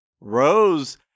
Rose